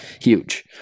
Huge